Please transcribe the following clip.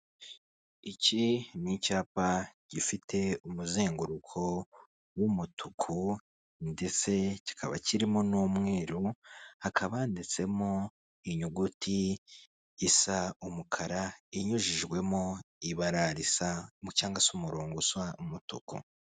Iki ni icyapa gifite umuzenguruko w'umutuku ndetse kikaba kirimo n'umweru hakaba handitsemo inyuguti isa umukara inyujijwemo ibara risa cyangwa se umurongo usu umutuku.